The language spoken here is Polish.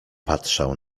patrzał